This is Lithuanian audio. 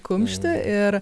kumštį ir